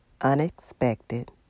unexpected